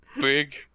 Big